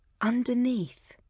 Underneath